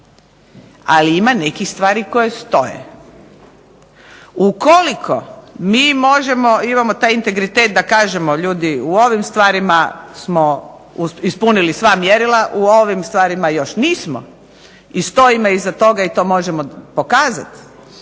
ali ima nekih stvari koje stoje. Ukoliko mi možemo, imamo taj integritet da kažemo ljudi u ovim stvarima smo ispunili sva mjerila, u ovim stvarima još nismo i stojimo iza toga i to možemo pokazati